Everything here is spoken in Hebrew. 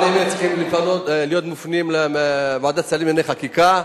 הדברים צריכים להיות מופנים לוועדת שרים לענייני חקיקה.